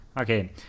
Okay